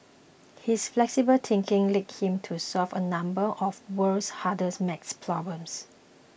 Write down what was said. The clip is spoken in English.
his flexible thinking led him to solve a number of the world's hardest maths problems